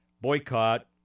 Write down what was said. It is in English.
boycott